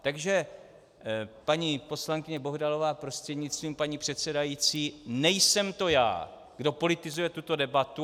Takže paní poslankyně Bohdalová prostřednictvím paní předsedající, nejsem to já, kdo politizuje tuto debatu.